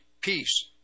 Peace